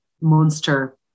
monster